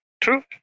true